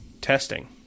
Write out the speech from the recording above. testing